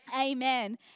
amen